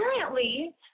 currently